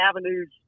avenues